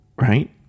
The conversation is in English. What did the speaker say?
Right